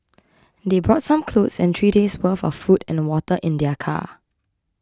they brought some clothes and three days' worth of food and water in their car